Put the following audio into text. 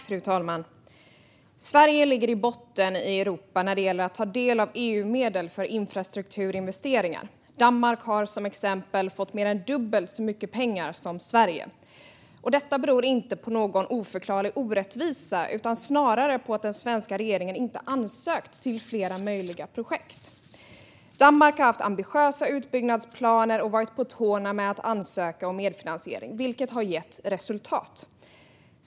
Fru talman! Sverige ligger i botten i Europa när det gäller att ta del av EU-medel för infrastrukturinvesteringar. Danmark har till exempel fått mer än dubbelt så mycket pengar som Sverige. Detta beror inte på någon oförklarlig orättvisa, utan snarare på att den svenska regeringen inte ansökt till flera möjliga projekt. Danmark har haft ambitiösa utbyggnadsplaner och varit på tårna med att ansöka om medfinansiering, vilket har gett resultat.